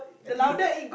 I think you